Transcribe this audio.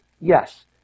Yes